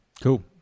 Cool